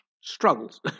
struggles